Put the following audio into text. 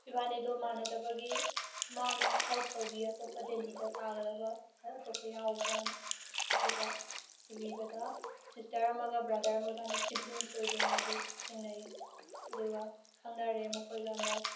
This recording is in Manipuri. ꯏꯕꯥꯅꯤꯗꯣ ꯃꯥꯟꯅꯗꯕꯒꯤ ꯃꯥꯅ ꯍꯦꯜꯄ ꯇꯧꯕꯤ ꯑꯇꯣꯞꯄ ꯗꯤꯂꯤꯗ ꯇꯥꯒꯗꯕ ꯑꯇꯣꯞꯄ ꯌꯥꯎꯕ꯭ꯔꯥꯅ ꯑꯗꯨꯒ ꯊꯤꯕꯤꯕꯗ ꯁꯤꯁꯇꯔ ꯑꯃꯒ ꯕ꯭ꯔꯥꯗꯔ ꯑꯃꯒ ꯃꯣꯏꯕꯥꯅꯤ ꯁꯤꯕ꯭ꯂꯤꯡꯁ ꯑꯣꯏꯗꯣꯏꯅꯤ ꯑꯗꯨ ꯊꯦꯡꯅꯩ ꯑꯗꯨꯒ ꯈꯪꯅꯔꯦ ꯃꯈꯣꯏꯒ ꯑꯃꯨꯛ